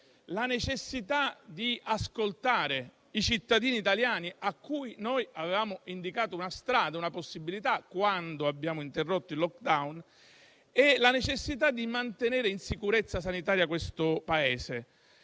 la necessità di ascoltare i cittadini italiani cui avevamo indicato una strada e una possibilità quando abbiamo interrotto il *lockdown* e la necessità di mantenere in sicurezza sanitaria il Paese.